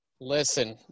Listen